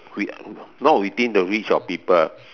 we not within the reach of people